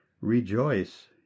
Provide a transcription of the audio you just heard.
rejoice